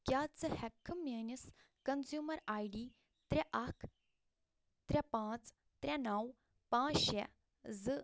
کیٛاہ ژٕ ہیٚکہِ کھا میٛٲنس کنزیٛومر آے ڈی ترٛےٚ اکھ ترٛےٚ پانٛژھ ترٛےٚ نَو پانٛژھ شےٚ زٕ